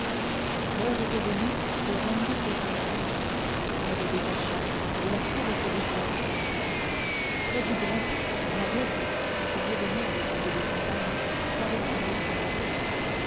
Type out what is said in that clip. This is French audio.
l'heure était venue de remmener quasimodo on le détacha et la foule se dispersa près du grand pont mahiette qui s'en revenait avec ses deux compagnes s'arrêta brusquement